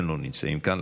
הם לא נמצאים כאן.